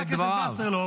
חבר הכנסת וסרלאוף,